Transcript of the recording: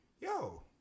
yo